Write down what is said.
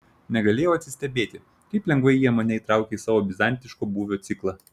negalėjau atsistebėti kaip lengvai jie mane įtraukė į savo bizantiško būvio ciklą